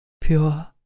pure